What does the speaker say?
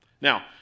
Now